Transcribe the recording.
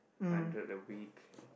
hundred a week